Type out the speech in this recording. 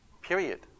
period